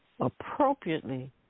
appropriately